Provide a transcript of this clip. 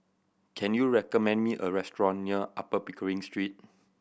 can you recommend me a restaurant near Upper Pickering Street